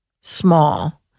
small